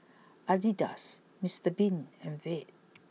Adidas Mister Bean and Veet